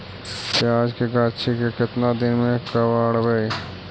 प्याज के गाछि के केतना दिन में कबाड़बै?